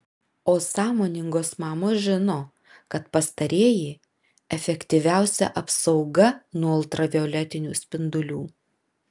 o sąmoningos mamos žino kad pastarieji efektyviausia apsauga nuo ultravioletinių spindulių